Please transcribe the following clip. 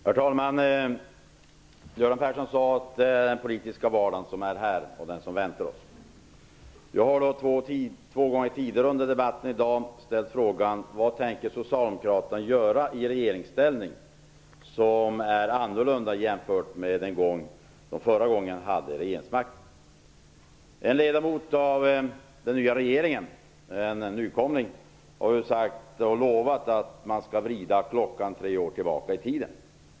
Herr talman! Göran Persson sade att det som vi nu har att vänta oss är den politiska vardagen. Jag har två gånger tidigare under debatten i dag ställt frågan hur det som socialdemokraterna tänker göra i regeringsställning skiljer sig från det som de gjorde när de förra gången hade regeringsmakten. En av nykomlingarna i den nya regeringen har ju lovat att man skall vrida klockan tre år tillbaka i tiden.